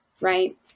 right